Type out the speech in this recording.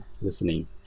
listening